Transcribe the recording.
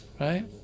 Right